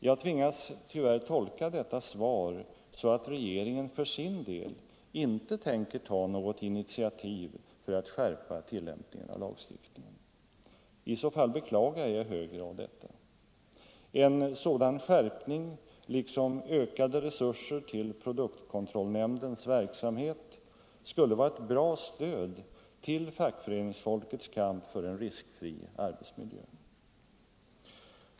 Jag tvingas tyvärr att tolka detta svar så att regeringen för sin del inte tänker ta något initiativ för att skärpa tillämpningen av lagstiftningen. I så fall beklagar jag i hög grad detta. En sådan skärpning liksom ökade resurser till produktkontrollnämndens verksamhet skulle vara ett bra stöd till fackföreningsfolkets kamp för en riskfri arbetsmiljö.